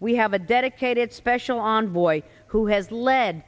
we have a dedicated special envoy who has led